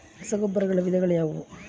ರಸಗೊಬ್ಬರಗಳ ವಿಧಗಳು ಯಾವುವು?